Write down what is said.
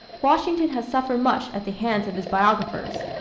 washington has suffered much at the hands of his biographers.